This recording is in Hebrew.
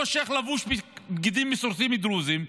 אותו שייח' לבוש בגדים מסורתיים דרוזיים.